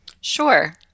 Sure